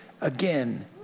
again